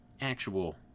actual